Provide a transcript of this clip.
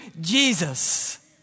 jesus